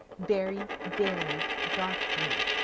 very, very dark blue.